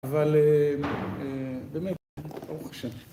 אבל באמת, ברוך השם.